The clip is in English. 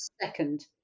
second